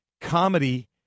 comedy